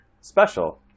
special